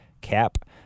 cap